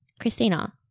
Christina